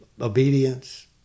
obedience